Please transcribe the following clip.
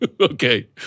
Okay